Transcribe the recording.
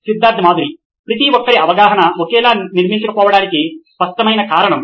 Siddharth Mathuri CEO నోయిన్ electronics ప్రతి ఒక్కరి అవగాహన ఒకేలా నిర్మించకపోవడానికి స్పష్టమైన కారణం